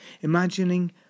imagining